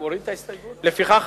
לפיכך